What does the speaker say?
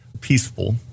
peaceful